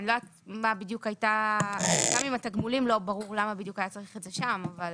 גם עם התגמולים לא ברור למה בדיוק היה צריך את זה שם.